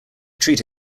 treat